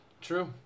True